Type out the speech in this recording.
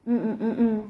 mm mm mm mm